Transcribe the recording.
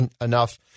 enough